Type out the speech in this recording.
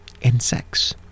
insects